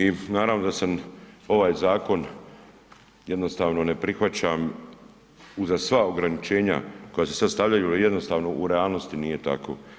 I naravno da sam ovaj zakon jednostavno ne prihvaćam uza sva ograničenja koja se sada stavljaju jednostavno u realnosti nije tako.